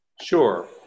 Sure